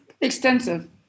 extensive